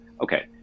okay